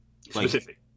specific